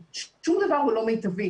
שום דבר הוא לא מיטבי,